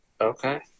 Okay